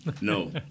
No